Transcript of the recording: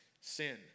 sin